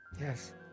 Yes